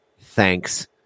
Thanks